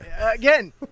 again